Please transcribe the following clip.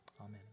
amen